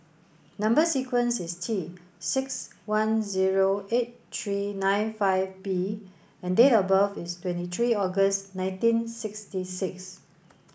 number sequence is T six one zero eight three nine five B and date of birth is twenty three August nineteen sixty six